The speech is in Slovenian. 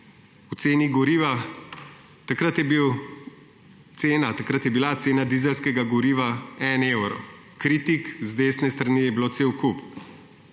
o ceni goriva. Takrat je bila cena dizelskega goriva 1 evro. Kritik z desne strani je bilo cel kup.